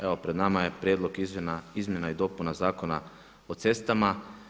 Evo pred nama je Prijedlog izmjena i dopuna Zakona o cestama.